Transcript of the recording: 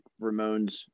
Ramones